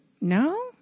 No